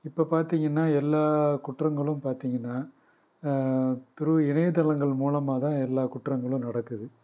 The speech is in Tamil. இப்போ பார்த்தீங்கன்னா எல்லா குற்றங்களும் பார்த்தீங்கன்னா த்ரூ இணையதளங்கள் மூலமாக தான் எல்லா குற்றங்களும் நடக்குது